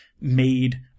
made